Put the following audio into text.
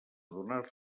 donar